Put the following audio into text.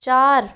चार